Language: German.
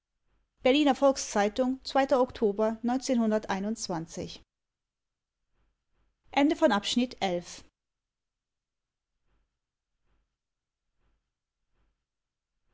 berliner volks-zeitung oktober